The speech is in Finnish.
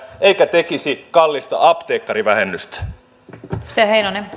eikä tekisi kallista apteekkarivähennystä